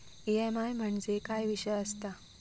EMI म्हणजे काय विषय आसता?